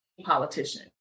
politician